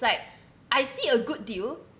like I see a good deal